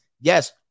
Yes